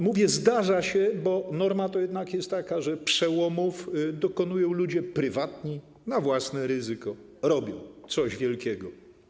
Mówię: zdarza się, bo norma jest jednak taka, że przełomów dokonują ludzie prywatni, to oni na własne ryzyko robią coś wielkiego.